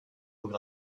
hauts